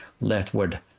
leftward